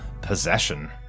Possession